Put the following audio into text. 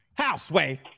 houseway